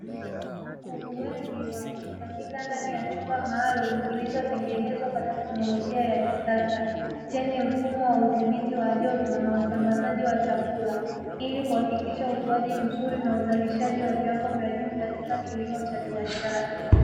Kuku wengi wamekusanyika ndani ya chumba maaalumu, kilichotengenezwa kwa teknolojia maalumu ya kisasa, chenye mfumo wa udhibiti wa joto na usambazaji wa chakula ili kuhakikisha ukuaji mzuri na uzalishaji wa viwango vya juu katika kilimo cha biashara.